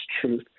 truth